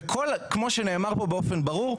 כמו שנאמר כאן באופן ברור,